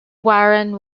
warren